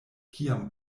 kiam